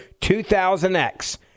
2000X